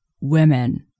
women